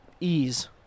ease